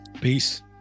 Peace